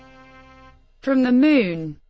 from the moon